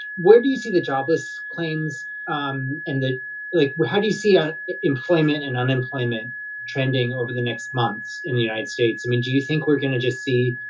where do you see the jobless claims and the like, how do you see ah employment and unemployment trending over the next months in the united states? i mean, do you think we're going to just see